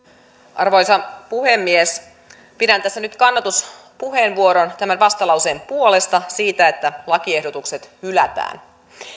arvoisa puhemies pidän tässä nyt kannatuspuheenvuoron tämän vastalauseen puolesta siitä että lakiehdotukset hylätään